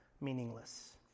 Meaningless